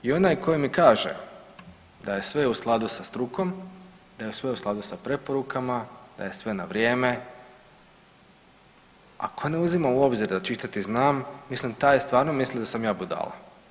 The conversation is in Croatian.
I onaj koji mi kaže da je sve u skladu sa strukom, da je sve u skladu sa preporukama, da je sve na vrijeme, ako ne uzimam u obzir da čitati znam, mislim taj stvarno misli da sam ja budala.